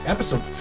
Episode